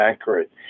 accurate